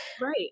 Right